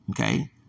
okay